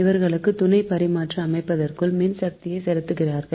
இவர்களும் துணை பரிமாற்ற அமைப்பிற்குள் மின்சக்தியை செலுத்துகிறார்கள்